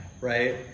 Right